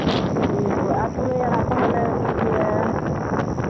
ᱤᱱᱟᱹ ᱠᱚ ᱟᱨ ᱯᱩᱨᱟᱹᱭ ᱟᱲᱟᱜ ᱠᱚᱦᱚᱸᱞᱮ ᱩᱛᱩᱭ ᱜᱮᱭᱟ